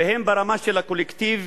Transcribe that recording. הן ברמה של הקולקטיב,